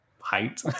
height